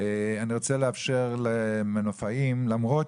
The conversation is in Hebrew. אני רוצה לאפשר למנופאים לדבר.